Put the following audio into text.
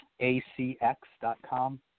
ACX.com